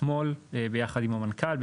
אתמול ביחד עם המנכ"ל,